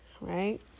right